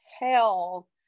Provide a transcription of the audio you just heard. hell